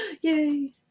Yay